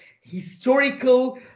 historical